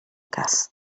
cas